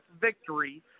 victory